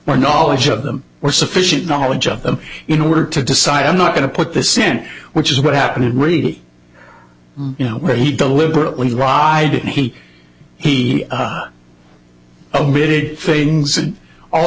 my knowledge of them were sufficient knowledge of them in order to decide i'm not going to put the cent which is what happened and read it you know where he deliberately lied and he he omitted things and all